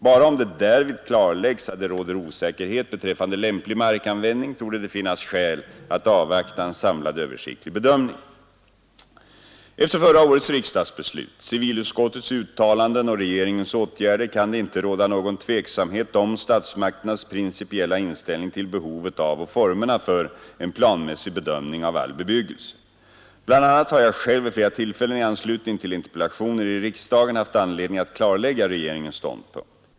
Bara om det därvid klarläggs att det råder osäkerhet beträffande lämplig markanvändning torde det finnas skäl att avvakta en samlad översiktlig bedömning. Efter förra årets riksdagsbeslut, civilutskottets uttalanden och regeringens åtgärder kan det inte råda någon tveksamhet om statsmakternas principiella inställning till behovet av och formerna för en planmässig bedömning av all bebyggelse. Bl. a. har jag själv vid flera tillfällen i anslutning till interpellationer i riksdagen haft anledning att klarlägga regeringens ståndpunkt.